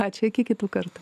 ačiū iki kitų kartų